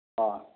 ஆ